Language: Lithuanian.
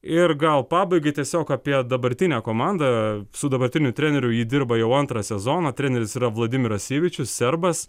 ir gal pabaigai tiesiog apie dabartinę komandą su dabartiniu treneriu ji dirba jau antrą sezoną treneris yra vladimiras syvičius serbas